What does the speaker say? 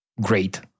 great